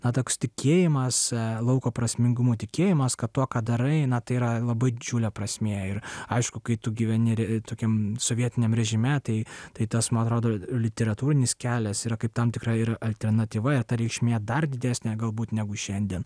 na toks tikėjimas lauko prasmingumu tikėjimas kad tuo ką darai natai yra labai didžiulė prasmė ir aišku kai tu gyveni tokiam sovietiniam režime tai tai tas man rodos literatūrinis kelias yra kaip tam tikra ir alternatyva ir ta reikšmė dar didesnė galbūt negu šiandien